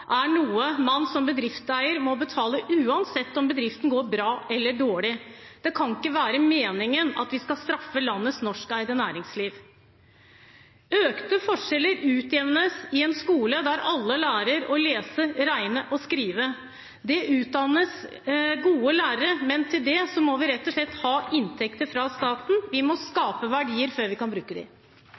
er noe man som bedriftseier må betale uansett om bedriften går bra eller dårlig. Det kan ikke være meningen at vi skal straffe landets norskeide næringsliv. Økte forskjeller utjevnes i en skole der alle lærer å lese, regne og skrive. Det utdannes gode lærere, men til det må vi rett og slett ha inntekter fra staten. Vi må skape verdier før vi kan bruke